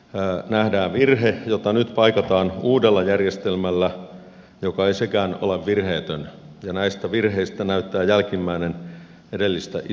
päästökauppajärjestelmässä nähdään virhe jota nyt paikataan uudella järjestelmällä joka ei sekään ole virheetön ja näistä virheistä näyttää jälkimmäinen edellistä isommalta